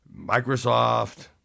Microsoft